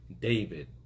David